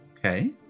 Okay